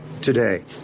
today